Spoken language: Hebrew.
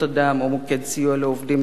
או "מוקד סיוע לעובדים זרים",